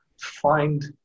find